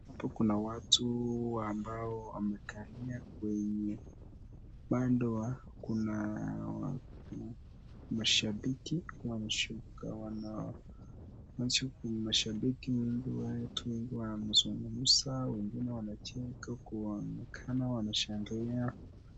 Hapo kuna watu ambao wamekalia kwenye upande wa, kuna mashabiki nashuku nimashabiki wengi, watu wengi wanazungumza wengine wanacheka kuonekana wameshangilia.